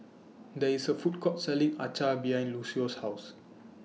There IS A Food Court Selling Acar behind Lucio's House